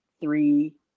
three